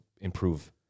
improve